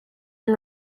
and